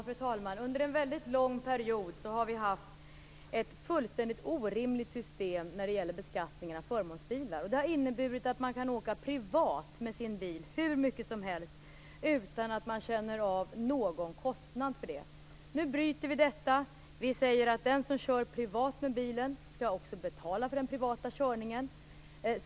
Fru talman! Under en väldigt lång period har vi haft ett fullständigt orimligt system när det gäller beskattningen av förmånsbilar. Det har inneburit att man har kunnat åka hur mycket som helst privat med sin bil utan att man känt av någon kostnad för det. Nu bryter vi detta. Vi säger att den som kör privat med bilen också skall betala för den privata körningen.